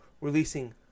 releasing